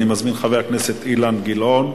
אני מזמין את חבר הכנסת אילן גילאון.